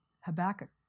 Habakkuk